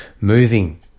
moving